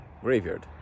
graveyard